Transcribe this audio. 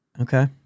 Okay